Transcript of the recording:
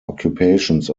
occupations